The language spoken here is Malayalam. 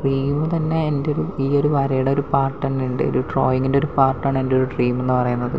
ഡ്രീം തന്നെ എൻ്റെ ഒരു ഈ ഒരു വരയുടെ ഒരു പാർട്ട് തന്നെയുണ്ട് ഒരു ഡ്രോയിങ്ങിൻ്റെ ഒരു പാർട്ടാണ് എൻ്റെ ഒരു ഡ്രീം എന്ന് പറയുന്നത്